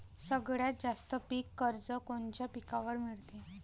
सगळ्यात जास्त पीक कर्ज कोनच्या पिकावर मिळते?